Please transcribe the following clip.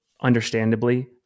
understandably